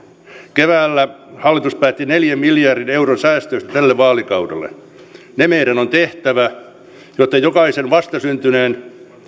keväällä hallitus päätti neljän miljardin euron säästöistä tälle vaalikaudelle ne meidän on tehtävä jotta jokaisen vastasyntyneen